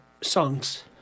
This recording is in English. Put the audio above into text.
songs